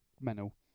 mental